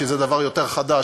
שזה דבר יותר חדש,